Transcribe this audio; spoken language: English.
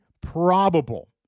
probable